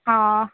ହଁ